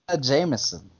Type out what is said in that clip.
Jameson